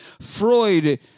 Freud